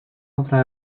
otra